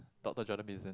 Doctor Jordan-Peterson